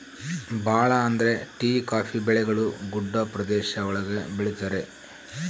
ಭಾಳ ಅಂದ್ರೆ tea coffee ಬೆಳೆಗಳು ಗುಡ್ಡ ಪ್ರದೇಶ ಒಳಗ ಬೆಳಿತರೆ